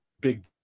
big